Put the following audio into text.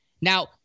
Now